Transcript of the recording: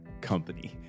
company